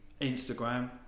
Instagram